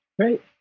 Great